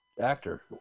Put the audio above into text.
Actor